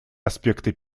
аспекты